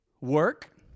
Work